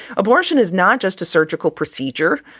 abortion is not just a surgical procedure.